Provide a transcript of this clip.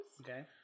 Okay